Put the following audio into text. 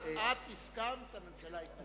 רק את הסכמת, והממשלה התנגדה.